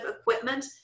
equipment